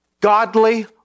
Godly